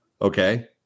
Okay